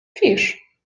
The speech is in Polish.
fisz